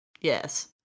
yes